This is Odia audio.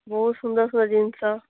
ବହୁତ ସୁନ୍ଦର ସୁନ୍ଦର ଜିନିଷ